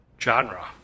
genre